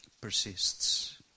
persists